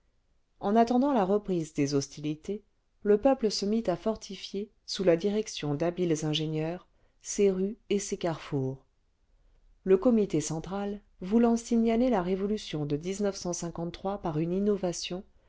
en attendant la reprise des hostilités le peuple se mit à fortifier sous la direction d'habiles ingénieurs ses rues et ses carrefours le comité central voulant signaler la révolution de par une innovation